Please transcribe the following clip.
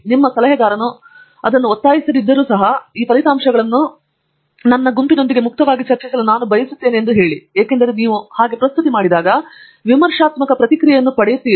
ನಿಮ್ಮ ಸಲಹೆಗಾರನು ಅದರ ಮೇಲೆ ಒತ್ತಾಯಿಸದಿದ್ದರೂ ಸಹ ಈ ಫಲಿತಾಂಶಗಳನ್ನು ನನ್ನ ಗುಂಪಿನೊಂದಿಗೆ ಮುಕ್ತವಾಗಿ ಚರ್ಚಿಸಲು ನಾನು ಬಯಸುತ್ತೇನೆ ಮತ್ತು ಏಕೆಂದರೆ ನೀವು ವಿಮರ್ಶಾತ್ಮಕ ಪ್ರತಿಕ್ರಿಯೆಯನ್ನು ಪಡೆಯುತ್ತೀರಿ ಎಂದು ಭಾವಿಸುತ್ತೀರಿ